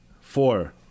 four